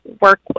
work